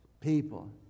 people